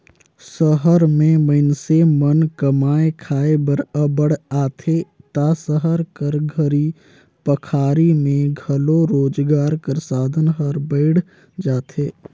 सहर में मइनसे मन कमाए खाए बर अब्बड़ आथें ता सहर कर घरी पखारी में घलो रोजगार कर साधन हर बइढ़ जाथे